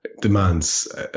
demands